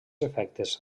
efectes